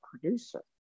producer